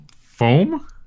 foam